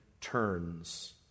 turns